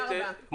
תודה.